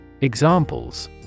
Examples